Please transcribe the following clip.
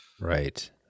Right